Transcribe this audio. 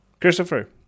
Christopher